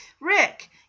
Rick